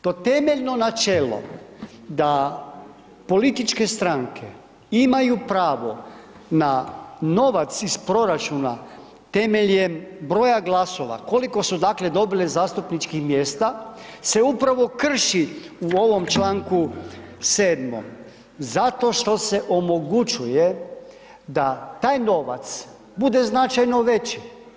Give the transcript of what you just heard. To temeljno načelo da političke stranke imaju pravo na novac iz proračuna temeljem broja glasova, koliko su, dakle, dobile zastupničkih mjesta, se upravo krši u ovom čl. 7. zato što se omogućuje da taj novac bude značajno veći.